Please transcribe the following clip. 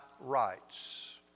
rights